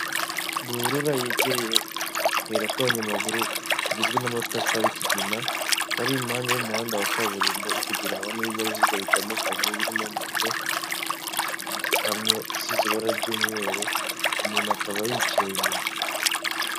Ruhurura yegereye akayira k'abanyamaguru kagizwe n'amatafari y'ikigina, kari impande y'umuhanda wa kaburimbo iri kugendwaho n'ibinyabiziga bitandukanye birimo moto, ikamyo isize ibara ry'umweru umuntu akaba yicaye inyuma.